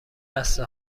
لثه